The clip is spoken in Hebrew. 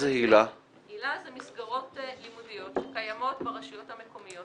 היל"ה זה מסגרות לימודיות שקיימות ברשויות המקומיות